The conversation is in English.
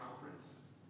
conference